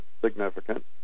significant